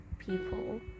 people